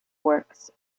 works